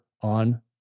on